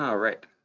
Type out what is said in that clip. um right.